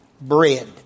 bread